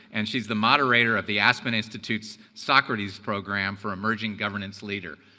and she's the moderator of the aspen institute's socrates program for emerging governance leaders.